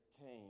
came